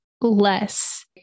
less